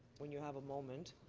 when you have a moment.